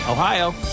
Ohio